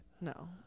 No